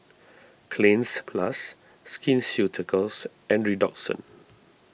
Cleanz Plus Skin Ceuticals and Redoxon